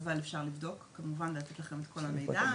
אבל אפשר לבדוק כמובן ולתת לכם את כל המידע.